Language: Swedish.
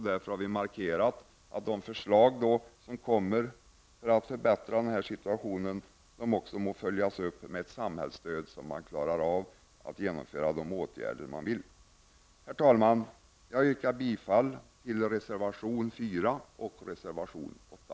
Därför har vi markerat att de förslag som läggs fram för att förbättra denna situation måste kompletteras med ett samhällsstöd, så att man inom idrottsrörelsen kan vidta de åtgärder man anser vara nödvändiga. Herr talman! Jag yrkar bifall till reservationerna 4